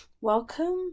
welcome